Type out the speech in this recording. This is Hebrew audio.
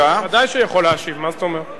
ודאי שהוא יכול להשיב, מה זאת אומרת?